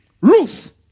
Ruth